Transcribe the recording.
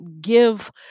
give